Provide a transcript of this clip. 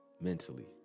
Mentally